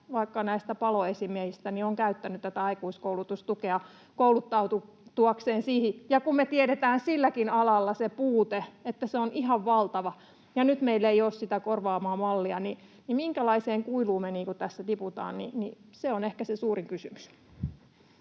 vaikka näistä paloesimiehistä, on käyttänyt tätä aikuiskoulutustukea kouluttautuakseen siihen. Ja kun me tiedetään silläkin alalla, että se puute on ihan valtava, ja nyt meillä ei ole sitä korvaavaa mallia, niin minkälaiseen kuiluun me tässä tiputaan? Se on ehkä se suurin kysymys.